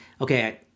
okay